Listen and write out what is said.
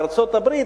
בארצות-הברית,